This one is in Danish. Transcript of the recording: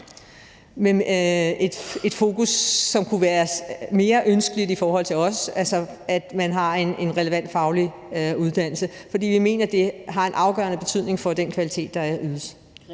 et fokus, som kunne være mere ønskeligt i forhold til os, som er, at man har en relevant faglig uddannelse, fordi vi mener, at det har en afgørende betydning for den kvalitet, der ydes.